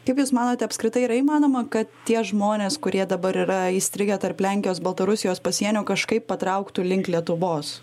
kaip jūs manote apskritai yra įmanoma kad tie žmonės kurie dabar yra įstrigę tarp lenkijos baltarusijos pasienio kažkaip patrauktų link lietuvos